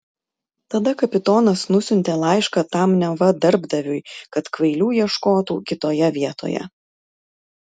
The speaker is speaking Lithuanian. tada kapitonas nusiuntė laišką tam neva darbdaviui kad kvailių ieškotų kitoje vietoje